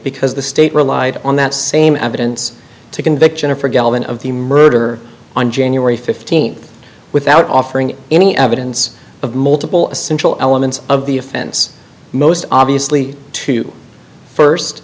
because the state relied on that same evidence to convict jennifer galvin of the murder on january fifteenth without offering any evidence of multiple essential elements of the offense most obviously to first